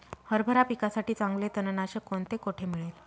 हरभरा पिकासाठी चांगले तणनाशक कोणते, कोठे मिळेल?